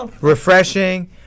refreshing